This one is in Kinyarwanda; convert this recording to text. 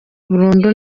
burundu